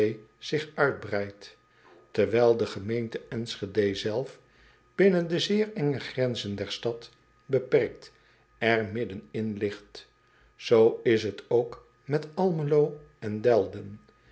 zich uitbreidt terwijl de gemeente nschede zelf binnen de zeer enge grenzen der stad beperkt er midden in ligt oo is het ook met lmelo en elden